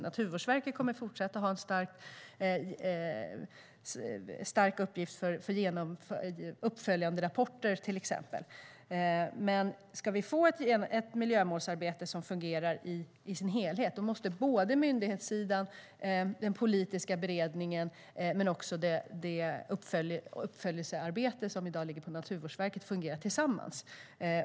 Naturvårdsverket kommer att fortsätta att ha en viktig uppgift till exempel när det gäller uppföljningsrapporter, men om vi ska få ett miljömålsarbete som fungerar i sin helhet måste både myndighetssidan, den politiska beredningen och det uppföljningsarbete som i dag ligger på Naturvårdsverket fungera tillsammans.